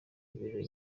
ibirori